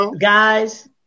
Guys